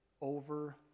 over